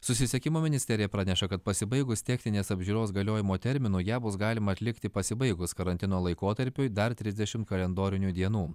susisiekimo ministerija praneša kad pasibaigus techninės apžiūros galiojimo terminui ją bus galima atlikti pasibaigus karantino laikotarpiui dar trisdešim kalendorinių dienų